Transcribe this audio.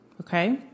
Okay